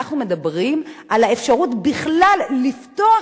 אנחנו מדברים על האפשרות בכלל לפתוח